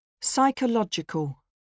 Psychological